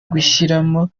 gushyiramo